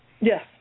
Yes